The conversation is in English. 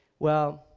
well,